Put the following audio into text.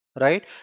right